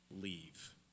leave